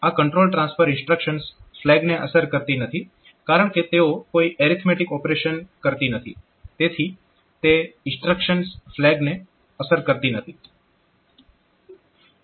આ control transfer instructions ફ્લેગને અસર કરતી નથી કારણકે તેઓ કોઈ એરીથમેટીક ઓપરેશન કરતી નથી તેથી તે ઇન્સ્ટ્રક્શન્સ ફ્લેગને અસર કરતી નથી